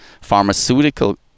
pharmaceutical